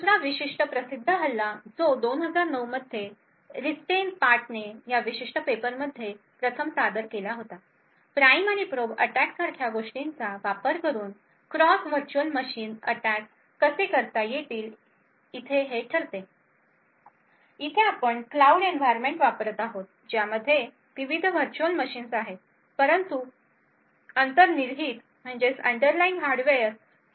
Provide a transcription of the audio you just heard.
दुसरा विशिष्ट प्रसिद्ध हल्ला जो 2009 मध्ये रिस्टेनपार्टने या विशिष्ट पेपरमध्ये प्रथम सादर केला होता प्राइम आणि प्रोब अटॅकसारख्या गोष्टींचा वापर करून क्रॉस व्हर्च्युअल मशीन अटॅक कसे करता येतील हे ठरवते येथे आपण क्लाऊड एन्व्हायरमेंट वापरत आहोत ज्यामध्ये विविध व्हर्च्युअल मशीन्स आहेत परंतु अंतर्निहित हार्डवेअर समान आहे